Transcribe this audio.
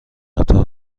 قطار